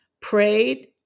prayed